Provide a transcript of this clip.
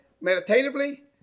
meditatively